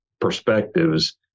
perspectives